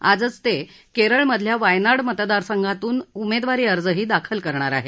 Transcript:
आजच ते केरळमधल्या वायनाड मतदार संघातून उमेदवारी अर्जही दाखल करणार आहेत